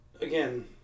again